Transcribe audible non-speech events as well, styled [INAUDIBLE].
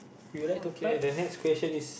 you like to fly [BREATH]